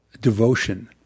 devotion